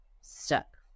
stuck